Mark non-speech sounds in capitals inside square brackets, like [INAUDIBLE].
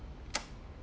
[NOISE]